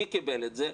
מי קיבל את זה?